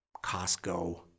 Costco